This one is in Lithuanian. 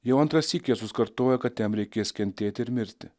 jau antrąsyk jėzus kartojo kad jam reikės kentėti ir mirti